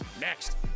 next